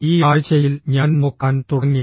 ഈ ആഴ്ചയിൽ ഞാൻ നോക്കാൻ തുടങ്ങി